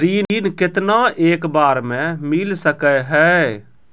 ऋण केतना एक बार मैं मिल सके हेय?